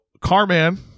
Carman